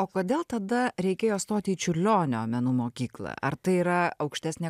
o kodėl tada reikėjo stoti į čiurlionio menų mokyklą ar tai yra aukštesnė